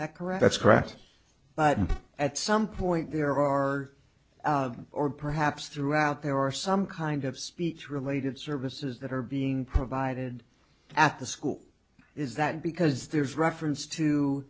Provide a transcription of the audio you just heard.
that correct that's correct but at some point there are or perhaps throughout there are some kind of speech related services that are being provided at the school is that because there's reference